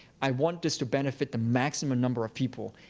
i want this to benefit the maximum number of people.